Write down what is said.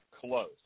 close